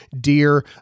Dear